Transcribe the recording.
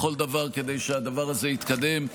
בכל דבר כדי שהדבר הזה יתקדם,